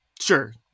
Sure